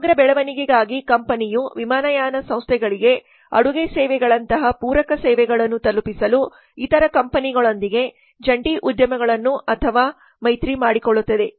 ಸಮಗ್ರ ಬೆಳವಣಿಗೆಗಾಗಿ ಕಂಪನಿಯು ವಿಮಾನಯಾನ ಸಂಸ್ಥೆಗಳಿಗೆ ಅಡುಗೆ ಸೇವೆಗಳಂತಹ ಪೂರಕ ಸೇವೆಗಳನ್ನು ತಲುಪಿಸಲು ಇತರ ಕಂಪನಿಗಳೊಂದಿಗೆ ಜಂಟಿ ಉದ್ಯಮಗಳನ್ನು ಅಥವಾ ಮೈತ್ರಿ ಮಾಡಿಕೊಳ್ಳುತ್ತದೆ